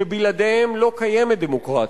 שבלעדיהן לא קיימת דמוקרטיה,